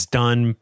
done